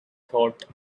thought